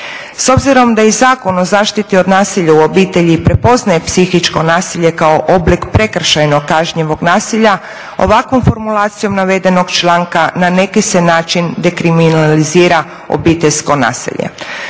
S obzirom da je i Zakon o zaštiti od nasilja u obitelji prepoznaje psihičko nasilje kao oblik prekršajno kažnjivog nasilja ovakvom formulacijom navedenog članka na neki se način dekriminalizira obiteljsko nasilje.